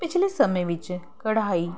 ਪਿਛਲੇ ਸਮੇਂ ਵਿੱਚ ਕਢਾਈ